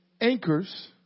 anchors